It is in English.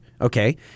Okay